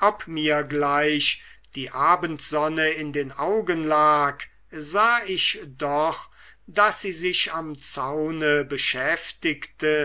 ob mir gleich die abendsonne in den augen lag sah ich doch daß sie sich am zaune beschäftigte